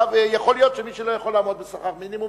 יכול להיות שמי שלא יכול לעמוד בשכר מינימום,